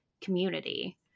community